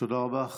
תודה רבה.